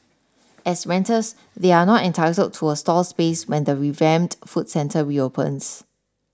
as renters they are not entitled to a stall space when the revamped food centre reopens